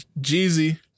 Jeezy